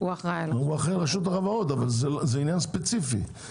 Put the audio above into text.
הוא אחראי על רשות החברות אבל זה עניין ספציפי.